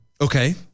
Okay